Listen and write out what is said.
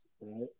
right